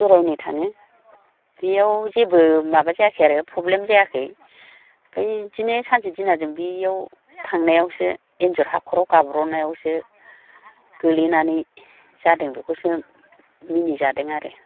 बेरायनो थाङो बेयाव जेबो माबा जायाखै आरो प्रब्लेम जायाखै ओमफ्राय बिदिनो सानसे दिनाव जोङो बैयाव थांनायावसो एन्जर हाखराव गाब्र'नायावसो गोलैनानै जादों बेखौसो मिनि जादों आरो